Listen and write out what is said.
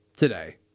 today